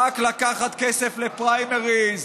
רק לקחת כסף לפריימריז,